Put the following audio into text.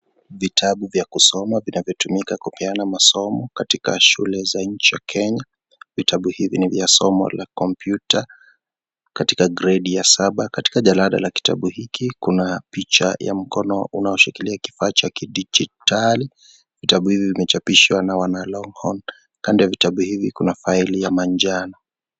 Vitabu vya kusoma vinavyotumika kupeana masomo katika shule za nchi Kenya. Vitabu hivi ni vya somo la kompyuta katika gredi ya Saba. Katika jalada ya kitabu hiki kuna picha ya mkono unaoshikilia kifaa cha kidijitali. Vitabu hivi vimechapishwa na Wana Longhorn. Kando ya vitabu hivi kuna faili ya manjano.